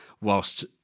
whilst